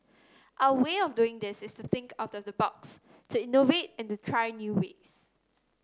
our way of doing this is to think out of the box to innovate and to try new ways